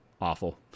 awful